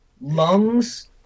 lungs